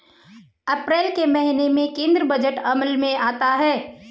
अप्रैल के महीने में केंद्रीय बजट अमल में आता है